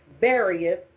various